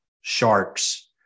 sharks